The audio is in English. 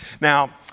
Now